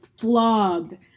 flogged